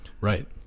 Right